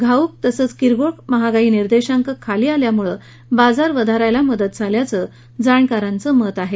घाऊक तसंच किरकोळ महागाई निर्देशांक खाली आल्यामुळे बाजार वधारण्यास मदत झाल्याचं जाणकारांचं मत आहे